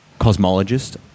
Cosmologist